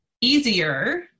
easier